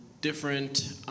different